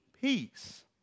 peace